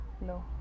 no